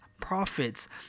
prophets